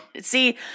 See